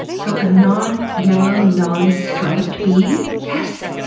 so, a non-yellow, non-striped bee? yes!